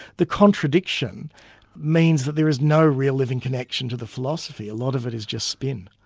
the contradiction means that there is no real living connection to the philosophy. a lot of it is just spin.